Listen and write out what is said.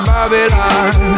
Babylon